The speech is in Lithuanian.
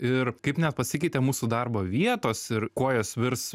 ir kaip net pasikeitė mūsų darbo vietos ir kuo jos virs